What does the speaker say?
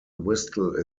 whistle